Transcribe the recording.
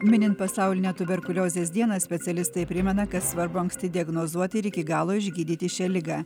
minint pasaulinę tuberkuliozės dieną specialistai primena kad svarbu anksti diagnozuoti ir iki galo išgydyti šią ligą